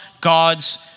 God's